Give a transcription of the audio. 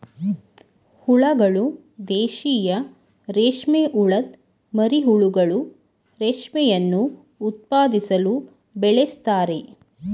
ಹುಳಗಳು ದೇಶೀಯ ರೇಷ್ಮೆಹುಳದ್ ಮರಿಹುಳುಗಳು ರೇಷ್ಮೆಯನ್ನು ಉತ್ಪಾದಿಸಲು ಬೆಳೆಸ್ತಾರೆ